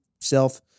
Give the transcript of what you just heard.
self